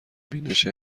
بینش